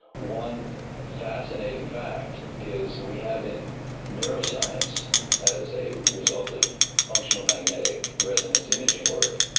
one fascinating fact is we have in neuroscience as a result of functional magnetic resonance imaging work,